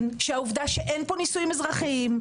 שהעובדה שאין פה נישואין אזרחיים,